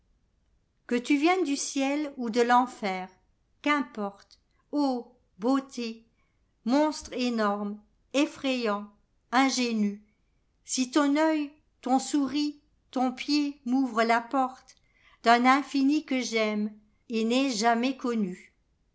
que tu viennes du ciel ou de l'enfer qu'importe beauté monstre énorme effrayant ingénu si ton œil ton souris ton pied m'ouvrent la ported'un infini que j'aime et n'ai jamais connu